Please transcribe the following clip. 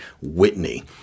Whitney